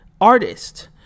artist